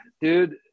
dude